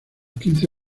quince